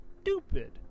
stupid